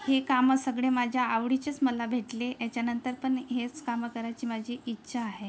हे कामं सगळी माझ्या आवडीचीच मला भेटले याच्यानंतर पण हेच कामं करायची माझी इच्छा आहे